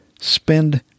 spend